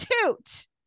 toot